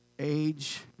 age